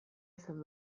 izan